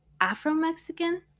Afro-Mexican